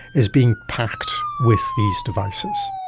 is being packed with these devices.